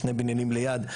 שני בניינים ליד,